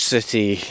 City